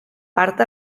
part